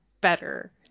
better